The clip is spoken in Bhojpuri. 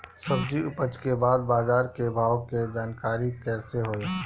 सब्जी उपज के बाद बाजार के भाव के जानकारी कैसे होई?